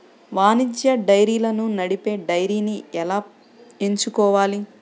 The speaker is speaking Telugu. వాణిజ్య డైరీలను నడిపే డైరీని ఎలా ఎంచుకోవాలి?